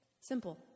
Simple